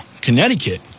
Connecticut